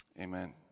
amen